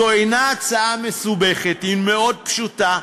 זו אינה הצעה מסובכת, היא מאוד פשוטה,